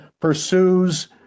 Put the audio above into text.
pursues